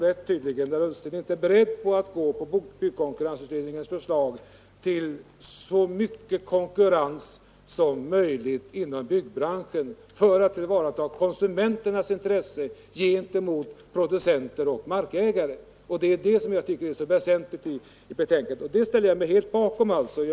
Herr Ullsten är inte beredd att följa byggkonkurrensutredningens förslag att skapa så mycket konkurrens som möjligt inom byggbranschen för att tillvarata konsumenternas intressen gentemot producenter och markägare. Detta tycker jag är väsentligt, och därför ställer jag mig helt bakom det förslaget.